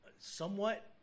somewhat